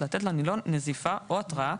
לתת לנילון נזיפה או התראה,